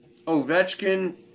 Ovechkin